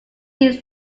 needs